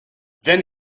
then